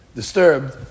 disturbed